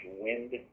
wind